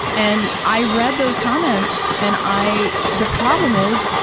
and i read those comments, and i the problem is,